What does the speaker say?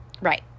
Right